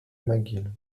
mcgill